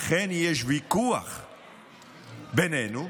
אכן יש ויכוח בינינו,